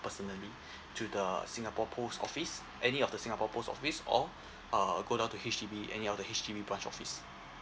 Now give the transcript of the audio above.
personally to the singapore post office any of the singapore post office or uh go down to H_D_B any of the H_D_B branch office